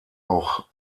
auch